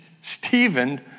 Stephen